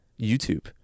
YouTube